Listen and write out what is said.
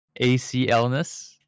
ACLness